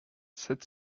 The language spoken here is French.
sept